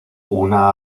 una